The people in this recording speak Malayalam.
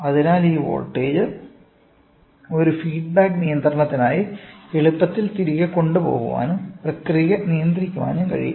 അതിനാൽ ഈ വോൾട്ടേജ് ഒരു ഫീഡ്ബാക്ക് നിയന്ത്രണത്തിനായി എളുപ്പത്തിൽ തിരികെ കൊണ്ടുപോകാനും പ്രക്രിയ നിയന്ത്രിക്കാനും കഴിയും